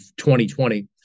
2020